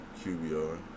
QBR